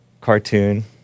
cartoon